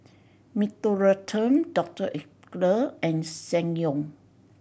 Mentholatum Doctor Oetker and Ssangyong